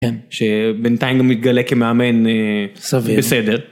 שבינתיים הוא מתגלה כמאמן.. -סביר -בסדר